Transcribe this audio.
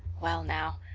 well now,